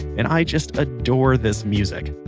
and i just adore this music.